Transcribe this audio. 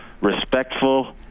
respectful